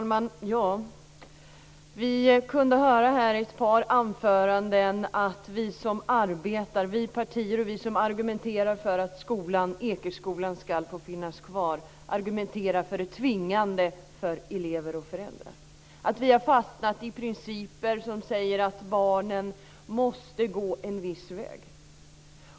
Herr talman! Vi kunde höra i ett par anföranden att vi som arbetar för att Ekeskolan ska få finnas kvar har tvingande argument för elever och föräldrar. Vi har fastnat i principer som säger att barnen måste gå en viss väg.